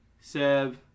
Seb